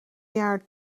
jaar